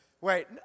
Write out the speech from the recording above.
Wait